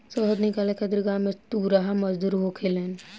शहद निकाले खातिर गांव में तुरहा मजदूर होखेलेन